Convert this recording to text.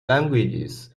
languages